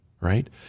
right